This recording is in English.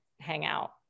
hangout